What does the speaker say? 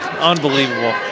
Unbelievable